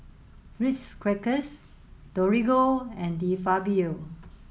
Ritz Crackers Torigo and De Fabio